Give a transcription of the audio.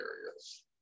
areas